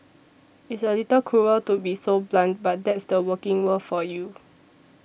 it's a little cruel to be so blunt but that's the working world for you